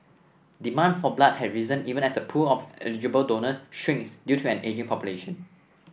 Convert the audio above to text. demand for blood has risen even as the pool of eligible donors shrinks due to an ageing population